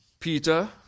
Peter